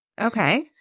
Okay